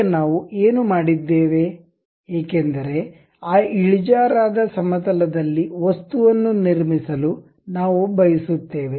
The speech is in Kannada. ಈಗ ನಾವು ಏನು ಮಾಡಿದ್ದೇವೆ ಏಕೆಂದರೆ ಆ ಇಳಿಜಾರಾದ ಸಮತಲದಲ್ಲಿ ವಸ್ತುವನ್ನು ನಿರ್ಮಿಸಲು ನಾವು ಬಯಸುತ್ತೇವೆ